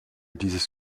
dieses